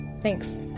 thanks